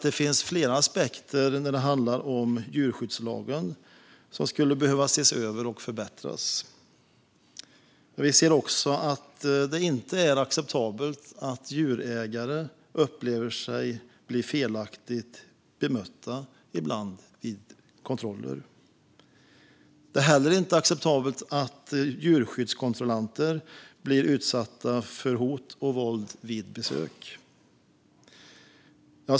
Det finns flera aspekter när det gäller djurskyddslagen som behöver ses över och förbättras. Det är inte acceptabelt att djurägare upplever att de ibland blir felaktigt bemötta vid kontroller. Det är heller inte acceptabelt att djurskyddskontrollanter blir utsatta för hot och våld vid besök.